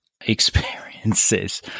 experiences